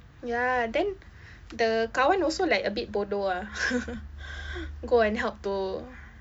ya then the kawan also like a bit bodoh ah go and help to